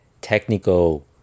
technical